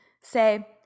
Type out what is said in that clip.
say